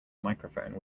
microphone